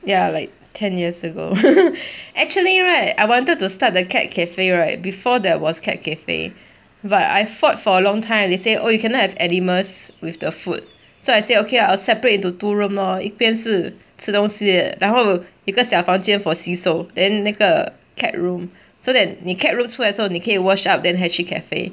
ya like ten years ago actually right I wanted to start the cat cafe right before there was cat cafe but I fought for a long time they say oh you cannot have animals with the food so I said okay lah I'll separate into two room lor 一边是吃东西然后有一个小房间 for 洗手 then 那个 cat room so that 你 cat room 出来的时候你可以 wash up then 才去 cafe